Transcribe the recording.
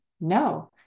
No